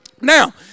Now